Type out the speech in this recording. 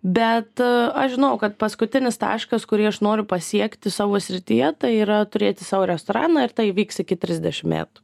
bet aš žinojau kad paskutinis taškas kurį aš noriu pasiekti savo srityje tai yra turėti savo restoraną ir tai įvyks iki trisdešim metų